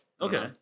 Okay